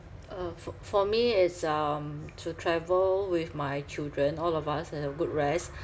uh for for me is um to travel with my children all of us have a good rest